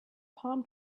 palm